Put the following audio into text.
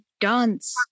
dance